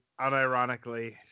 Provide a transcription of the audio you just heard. unironically